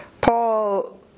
Paul